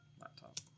laptop